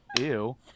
Ew